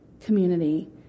community